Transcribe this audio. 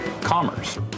commerce